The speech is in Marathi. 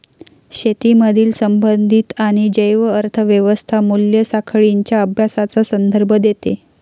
शेतीमधील संबंधित आणि जैव अर्थ व्यवस्था मूल्य साखळींच्या अभ्यासाचा संदर्भ देते